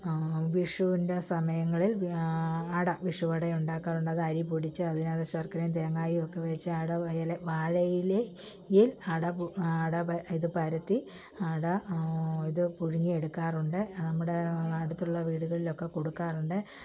വിഷുവിൻ്റെ സമയങ്ങളിൽ അട വിഷു അട ഉണ്ടാക്കാറുണ്ട് അത് അരി പൊടിച്ച് അതിനകത്ത് ശർക്കരയും തേങ്ങയും ഒക്കെ വെച്ച് അട എല് വാഴയിലയിൽ അട പു അട ഇത് പരത്തി അട ഇത് പുഴുങ്ങിയെടുക്കാറുണ്ട് നമ്മുടെ അടുത്തുള്ള വീടുകളിലൊക്കെ കൊടുക്കാറുണ്ട്